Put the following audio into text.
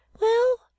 Well